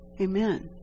Amen